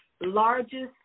largest